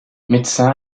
médecin